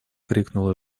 крикнула